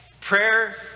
prayer